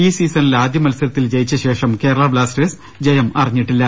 ഈ സീസണിലെ ആദ്യ മത്സരത്തിൽ ജയിച്ച ശേഷം കേരള ബ്ലാസ്റ്റേഴ്സ് ജയമറി ഞ്ഞിട്ടില്ല